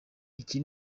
iki